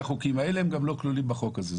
החוקים האלה הם גם לא כלולים בחוק הזה,